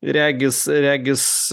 regis regis